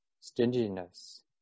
stinginess